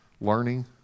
learning